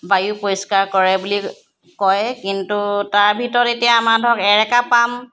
বায়ু পৰিষ্কাৰ কৰে বুলি কয় কিন্তু তাৰ ভিতৰত এতিয়া আমাৰ ধৰক এৰেকা পাম